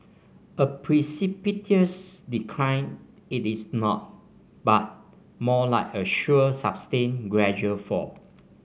a precipitous decline it is not but more like a sure sustained gradual fall